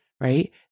right